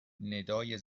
ندای